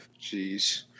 Jeez